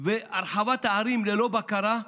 והרחבת הערים ללא בקרה?